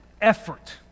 effort